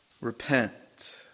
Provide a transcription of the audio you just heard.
Repent